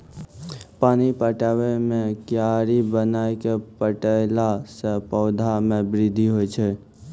पानी पटाबै मे कियारी बनाय कै पठैला से पौधा मे बृद्धि होय छै?